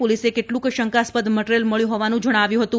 પોલીસે કેટલુંક શંકાસ્પદ મટિરીયલ મળ્યું હોવાનું જજ્ઞાવ્યું હતું